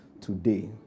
today